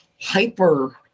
hyper